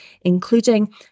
including